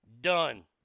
Done